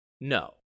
No